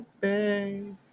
baby